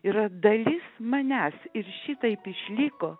yra dalis manęs ir šitaip išliko